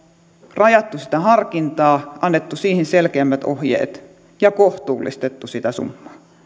rajattu sitä harkintaa annettu siihen selkeämmät ohjeet ja kohtuullistettu sitä summaa